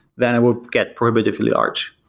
then it will get primitively large,